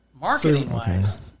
Marketing-wise